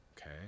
okay